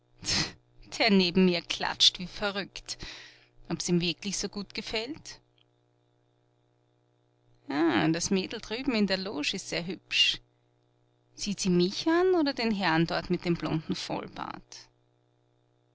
der neben mir klatscht wie verrückt ob's ihm wirklich so gut gefällt das mädel drüben in der loge ist sehr hübsch sieht sie mich an oder den herrn dort mit dem blonden vollbart